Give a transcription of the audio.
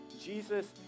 Jesus